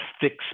fix